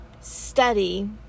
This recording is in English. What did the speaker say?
study